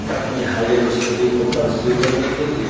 اپنے higher study کو pursue کرنے کے لیے